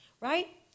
right